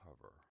cover